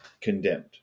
condemned